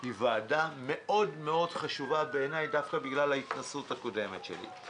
היא ועדה מאוד מאוד חשובה בעיני דווקא בגלל ההתנסות הקודמת שלי.